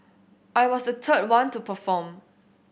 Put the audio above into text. I was the third one to perform